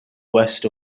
west